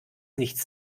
nichts